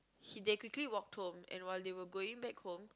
he they quickly walked home and while they were going back home